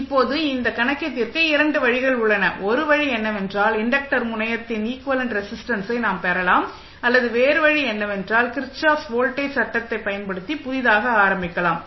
இப்போது இந்த கணக்கை தீர்க்க இரண்டு வழிகள் உள்ளன ஒரு வழி என்னவென்றால் இன்டக்டர் முனையத்தின் ஈக்வலெண்ட் ரெஸிஸ்டன்ஸை நாம் பெறலாம் அல்லது வேறு வழி என்னவென்றால் கிர்ச்சாஃப் வோல்டேஜ் சட்டத்தைப் பயன்படுத்தி புதிதாக ஆரம்பிக்கலாம்